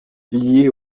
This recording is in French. liés